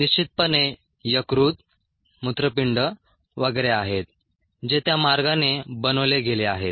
निश्चितपणे यकृत मूत्रपिंड वगैरे आहेत जे त्या मार्गाने बनवले गेले आहेत